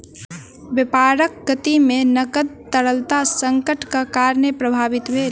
व्यापारक गति में नकद तरलता संकटक कारणेँ प्रभावित भेल